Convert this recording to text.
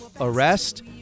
arrest